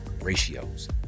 ratios